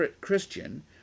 Christian